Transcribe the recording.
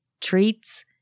treats